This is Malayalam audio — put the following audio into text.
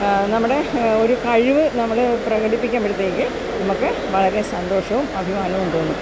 നമ്മുടെ ഒരു കഴിവ് നമ്മള് പ്രകടിപ്പിക്കുമ്പോഴത്തേക്ക് നമ്മള്ക്ക് വളരെ സന്തോഷവും അഭിമാനവും തോന്നും